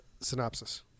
Synopsis